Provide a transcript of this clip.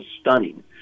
stunning